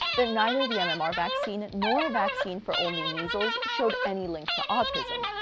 that neither the mmr vaccine nor a vaccine for only measles, showed any link to autism.